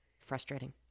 frustrating